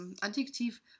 Adjektiv